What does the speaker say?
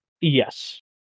Yes